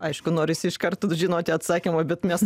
aišku norisi iš karto žinoti atsakymą bet mes